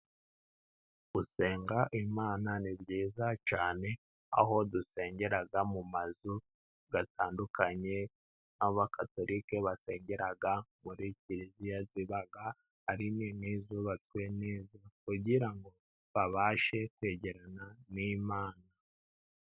Gusenga imana ni byiza cyane, aho dusengera mu mazu atandukanye, abagatorika basengera muri kiliriya iba ari nini zubatswe kugira ngo babashe kwegerana n'imana.